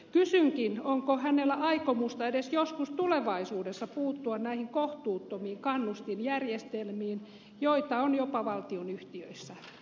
kysynkin onko hänellä aikomusta edes joskus tulevaisuudessa puuttua näihin kohtuuttomiin kannustinjärjestelmiin joita on jopa valtionyhtiöissä